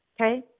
Okay